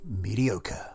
Mediocre